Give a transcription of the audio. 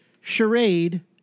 charade